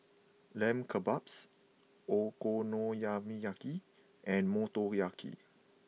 Lamb Kebabs Okonomiyaki and Motoyaki